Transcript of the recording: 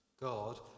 God